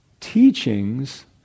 teachings